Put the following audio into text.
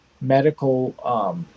medical –